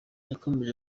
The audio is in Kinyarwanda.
yakomeje